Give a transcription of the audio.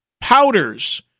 Powders